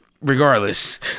regardless